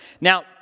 Now